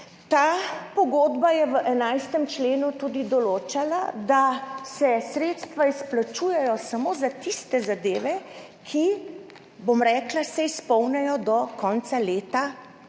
ta pogodba je v 11. členu tudi določala, da se sredstva izplačujejo samo za tiste zadeve, ki, bom rekla, se izpolnijo do konca leta